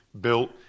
built